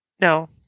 No